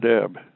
Deb